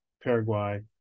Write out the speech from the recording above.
Paraguay